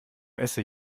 esse